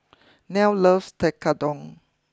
Nell loves Tekkadon